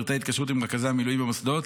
פרטי התקשרות עם רכזי המילואים במוסדות